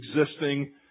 existing